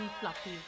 fluffy